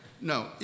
No